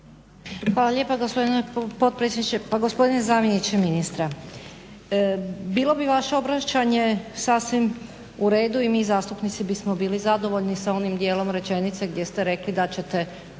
Pa gospodine zamjeniče ministra, bilo bi vaše obraćanje sasvim u redu i mi zastupnici bismo bili zadovoljni sa onim dijelom rečenice gdje ste rekli da